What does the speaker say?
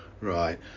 right